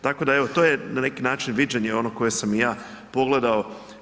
Tako da evo to je na neki način viđenje ono koje sam ja pogledao.